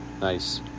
Nice